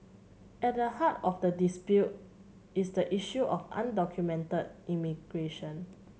at the heart of the dispute is the issue of undocumented immigration